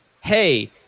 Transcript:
hey